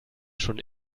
schon